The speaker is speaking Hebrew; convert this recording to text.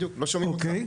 בדיוק, לא שומעים אותך.